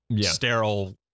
sterile